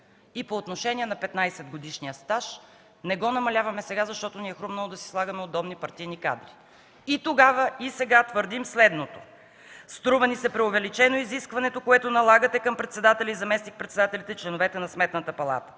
По отношение на 15-годишния стаж – не го намаляваме сега, защото ни е хрумнало да си слагаме удобни партийни кадри. И тогава, и сега твърдим следното: „Струва ни се преувеличено изискването, което налагате към председателя и заместник-председателите, членовете на Сметната палата